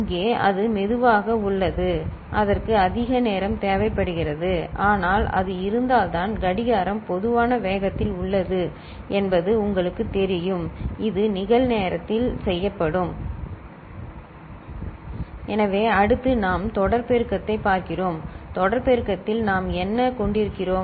இங்கே அது மெதுவாக உள்ளது அதற்கு அதிக நேரம் தேவைப்படுகிறது ஆனால் அது இருந்தால் தான் கடிகாரம் போதுமான வேகத்தில் உள்ளது என்பது உங்களுக்குத் தெரியும் இதுநிகழ்நேரத்தில்செய்யப்படும் எனவே அடுத்து நாம் தொடர் பெருக்கத்தைப் பார்க்கிறோம் தொடர் பெருக்கத்தில் நாம் என்ன கொண்டிருக்கிறோம்